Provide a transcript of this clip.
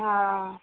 हँ